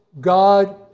God